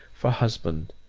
for a husband,